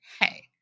hey